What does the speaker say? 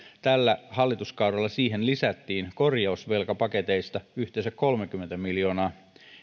tällä hallituskaudella siihen lisättiin korjausvelkapaketeista yhteensä kolmekymmentä miljoonaa